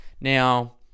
Now